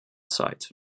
zeit